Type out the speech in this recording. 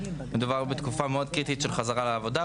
מדובר בתקופה מאוד קריטית של חזרה לעבודה,